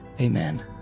Amen